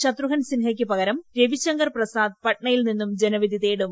ശത്രുഘൻ സിംഹയ്ക്കു പകരം രവിശങ്കർ പ്രസാദ് പട്നയിൽ നിന്ന് ജനവിധി തേടും